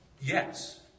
yes